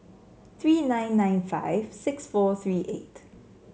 three nine nine five six four three eight